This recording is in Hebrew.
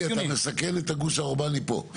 ידידי, אתה מסכן את הגוש האורבני פה.